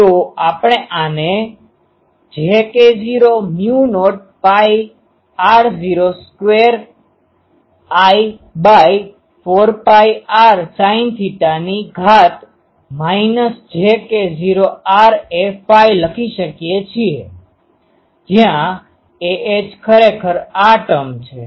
તો આપણે આને jk00πr02I4πrsin e jk0ra j k0 mu naught pi r0 square I by 4 pi r sine theta ની ઘાત minus j k0 r a phi લખી શકીએ છીએ જ્યાં ah ખરેખર આ ટર્મ છે